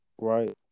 right